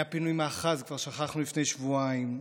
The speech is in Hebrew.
היה פינוי מאחז, כבר שכחנו, לפני שבועיים.